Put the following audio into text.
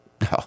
No